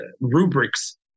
rubrics